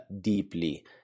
deeply